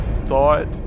thought